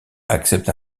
accepte